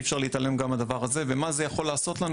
אפשר להתעלם גם מהדבר הזה ומה זה יכול לעשות לנו,